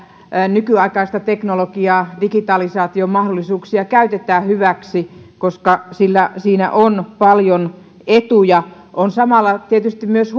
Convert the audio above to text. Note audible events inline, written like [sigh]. nykyaikaista teknologiaa digitalisaatiomahdollisuuksia käytetään hyväksi koska siinä on paljon etuja on samalla tietysti myös [unintelligible]